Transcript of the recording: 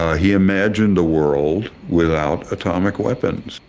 ah he imagined a world without atomic weapons.